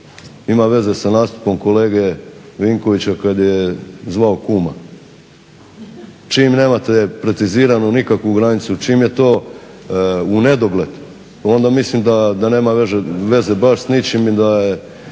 Ima veze sa nastupom kolege Vinkovića, kad je zvao kuma. Čim nemate preciziranu nikakvu granicu, čim je to u nedogled onda mislim da nema veze baš s ničim i da je,